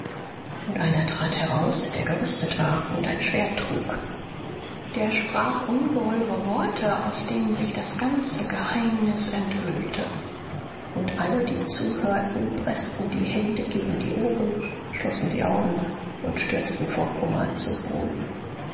und einer trat heraus der gerüstet war und ein schwert trug der sprach ungeheure worte aus denen sich das ganze geheimnis enthüllte und alle die zuhörten preßten die hände gegen die ohren schlossen die augen und stürzten vor kummer zu boden